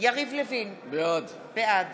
יריב לוין, בעד